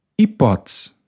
Hipótese